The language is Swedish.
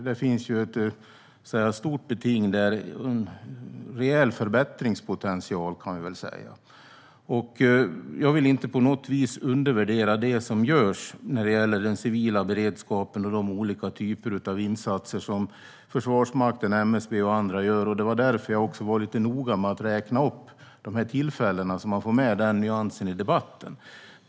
Det finns ett stort beting där, en rejäl förbättringspotential kan vi väl säga. Jag vill inte på något vis undervärdera det som görs inom den civila beredskapen och de olika insatser som Försvarsmakten, MSB och andra gör. Det var också därför jag var noga med att räkna upp de tillfällena, så att den nyansen kommer med i debatten.